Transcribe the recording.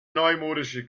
neumodische